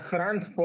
France